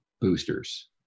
boosters